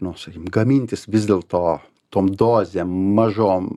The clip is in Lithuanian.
nors sakykim ką mintys vis dėl to tom dozėm mažom